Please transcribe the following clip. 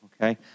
Okay